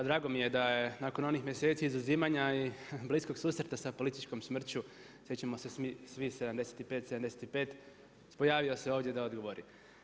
Drago mi je da je nakon onih mjeseci izuzimanja i bliskog susreta sa političkom smrću, sjećamo se svi 75, 75, pojavio se ovdje da odgovori.